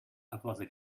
abwasser